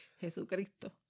Jesucristo